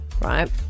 right